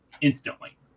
instantly